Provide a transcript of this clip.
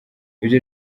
ibyo